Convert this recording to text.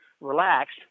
relaxed